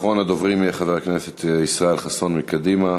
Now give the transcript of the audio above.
אחרון הדוברים יהיה חבר הכנסת ישראל חסון מקדימה.